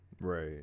right